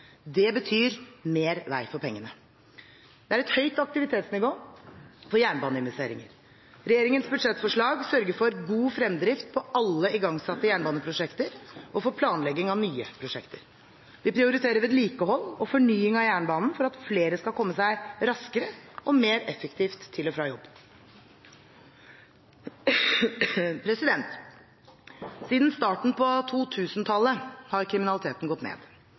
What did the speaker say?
Det betyr mer vei for pengene. Det er et høyt aktivitetsnivå for jernbaneinvesteringer. Regjeringens budsjettforslag sørger for god fremdrift på alle igangsatte jernbaneprosjekter og for planlegging av nye prosjekter. Vi prioriterer vedlikehold og fornying av jernbanen for at flere skal kunne komme seg raskere og mer effektivt til og fra jobb. Siden starten av 2000-tallet har kriminaliteten gått ned,